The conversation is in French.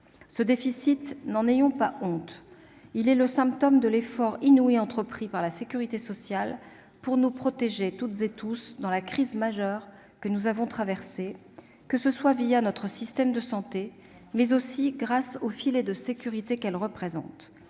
Ce déficit, n'en ayons pas honte ; il est le symptôme de l'effort inouï entrepris par la sécurité sociale pour nous protéger tous, lors de la crise majeure que nous avons traversée, notre système de santé, mais aussi grâce au filet de sécurité qu'elle représente.